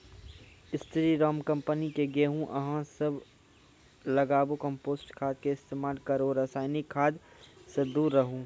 स्री Ram company के गेहूँ अहाँ सब लगाबु कम्पोस्ट खाद के इस्तेमाल करहो रासायनिक खाद से दूर रहूँ?